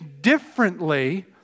differently